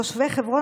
תושבי חברון,